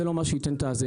זה לא מה שייתן את זה,